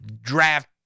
draft